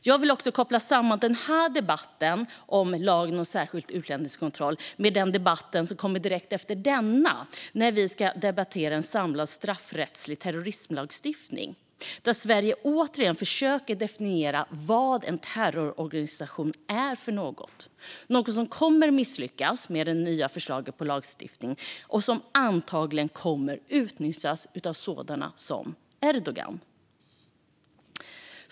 Jag vill också koppla samman debatten om lagen om särskild utlänningskontroll med den debatt som äger rum direkt efter denna och som handlar om förslaget om en samlad straffrättslig terrorismlagstiftning. Där försöker Sverige återigen definiera vad en terrororganisation är - något som kommer att misslyckas i och med det nya förslaget till lagstiftning, vilket antagligen kommer att utnyttjas av sådana som Erdogan.